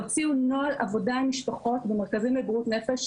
הוציאו נוהל עבודה עם משפחות במרכזים לבריאות נפש,